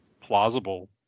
plausible